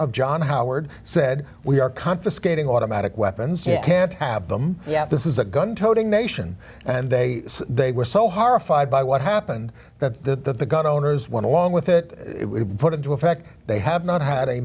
of john howard said we are confiscating automatic weapons you can't have them yet this is a gun toting nation and they they were so horrified by what happened that the gun owners when along with it it would put into effect they have not had a